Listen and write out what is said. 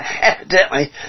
Evidently